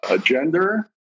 gender